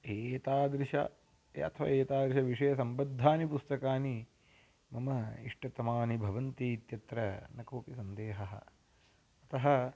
एतादृश या अथवा एतादृश विषयसम्बद्धानि पुस्तकानि मम इष्टतमानि भवन्ति इत्यत्र न कोपि सन्देहः अतः